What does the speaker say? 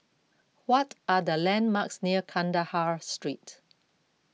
what are the landmarks near Kandahar Street